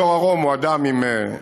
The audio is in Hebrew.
גיורא רום הוא אדם עם יכולות.